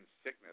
sickness